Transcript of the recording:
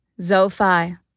Zophai